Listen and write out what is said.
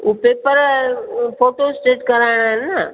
ईअं paper photostat कराइणा आहिनि न